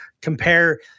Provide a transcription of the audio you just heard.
compare